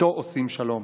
ואיתו עושים שלום.